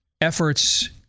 efforts